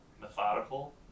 methodical